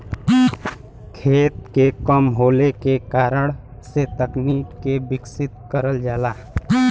खेत के कम होले के कारण से तकनीक के विकसित करल जाला